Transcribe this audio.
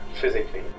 physically